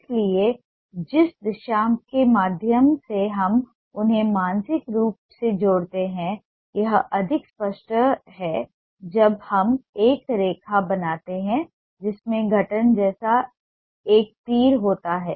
इसलिए जिस दिशा के माध्यम से हम उन्हें मानसिक रूप से जोड़ते हैं यह अधिक स्पष्ट है जब हम एक रेखा बनाते हैं जिसमें गठन जैसा एक तीर होता है